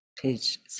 page